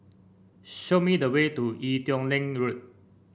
show me the way to Ee Teow Leng Road